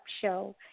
show